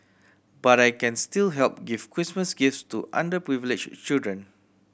but I can still help give Christmas gifts to underprivileged children